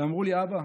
והם אמרו לי: אבא,